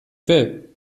will